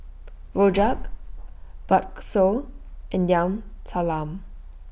Rojak Bakso and Yam Talam